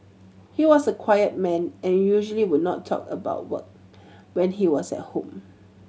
he was a quiet man and usually would not talk about work when he was at home